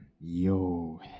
yo